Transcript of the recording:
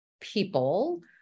people